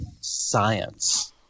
science